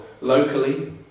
locally